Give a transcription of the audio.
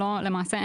למעשה,